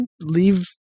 leave